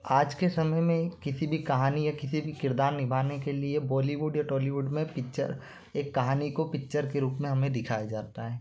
आज के समय में किसी भी कहानी या किसी भी किरदार निभाने के लिए बॉलीवुड या टॉलीवुड में पिक्चर एक कहानी को पिक्चर के रूप में हमें दिखाया जाता है